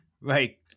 Right